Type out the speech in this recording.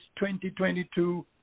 2022